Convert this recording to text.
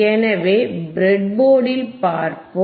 எனவே ப்ரெட்போர்டில் பார்ப்போம்